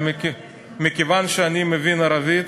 ומכיוון שאני מבין ערבית